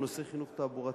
בנושא חינוך תעבורתי,